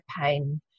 pain